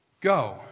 go